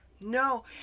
No